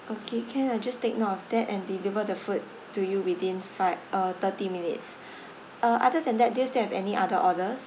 okay can I'll just take note of that and deliver the food to you within five uh thirty minutes uh other than that do you still have any other orders